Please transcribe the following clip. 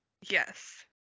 Yes